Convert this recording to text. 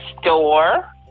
store